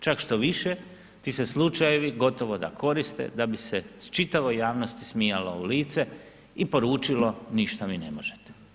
Čak štoviše, ti se slučajevi gotovo koriste, da bi se čitavoj javnosti smijalo u lice i poručilo ništa mi ne može.